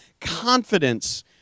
confidence